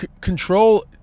control